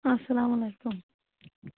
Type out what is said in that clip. اسلام علیکُم